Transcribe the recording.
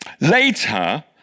Later